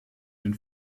den